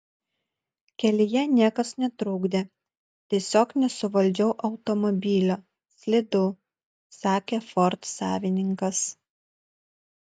kelyje niekas netrukdė tiesiog nesuvaldžiau automobilio slidu sakė ford savininkas